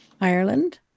ireland